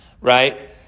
right